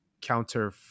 counter